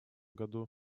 году